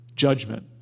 Judgment